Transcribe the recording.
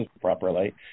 properly